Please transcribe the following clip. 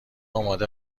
آماده